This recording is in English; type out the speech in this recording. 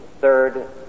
third